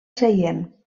seient